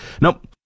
Nope